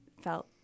felt